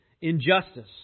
injustice